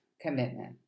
commitment